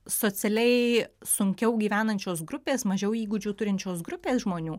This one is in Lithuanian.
socialiai sunkiau gyvenančios grupės mažiau įgūdžių turinčios grupės žmonių